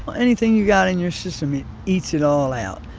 but anything you got in your system, it eats it all out.